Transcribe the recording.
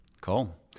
Cool